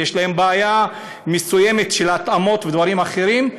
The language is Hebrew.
שיש להם בעיה מסוימת של התאמות ודברים אחרים,